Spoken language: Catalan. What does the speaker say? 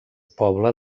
poble